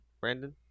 Brandon